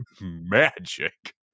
magic